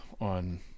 on